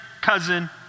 cousin